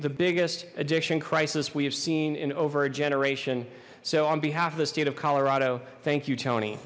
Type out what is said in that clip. the biggest addiction crisis we have seen in over a generation so on behalf of the state of colorado thank you tony